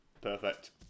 Perfect